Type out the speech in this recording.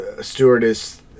stewardess